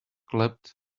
clapped